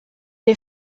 est